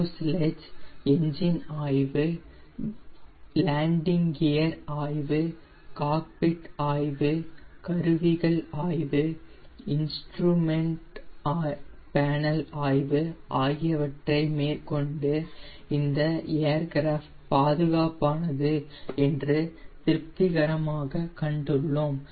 fuselage engine ஆய்வு landing gear ஆய்வு cockpit ஆய்வு கருவிகள் ஆய்வு இன்ஸ்ட்ருமென்ட் பேனல் ஆய்வு ஆகியவற்றை மேற்கொண்டு இந்த ஏர்கிராஃப்ட் பாதுகாப்பானது என்று திருப்திகரமாக கண்டுள்ளோம்